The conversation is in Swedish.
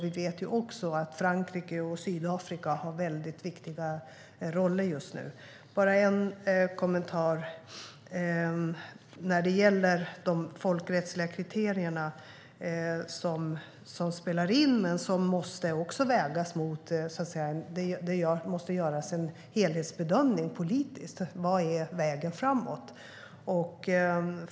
Vi vet också att Frankrike och Sydafrika har viktiga roller just nu. När det gäller de folkrättsliga kriterierna måste det också göras en helhetsbedömning politiskt. Vad är vägen framåt?